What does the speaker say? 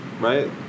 right